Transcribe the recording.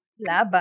Laban